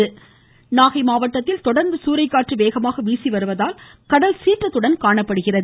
நாகை கடல்சீற்றம் நாகை மாவட்டத்தில் தொடர்ந்து சூறைக்காற்று வேகமாக வீசி வருவதால் கடல் சீற்றத்துடன் காணப்படுகிறது